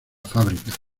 fábrica